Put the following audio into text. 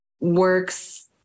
works